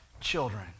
children